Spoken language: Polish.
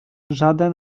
żaden